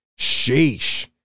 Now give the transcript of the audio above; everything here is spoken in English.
Sheesh